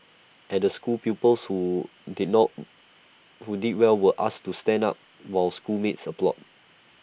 at the school pupils who did not who did well were asked to stand up while schoolmates applauded